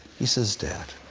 he says, dad,